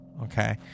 Okay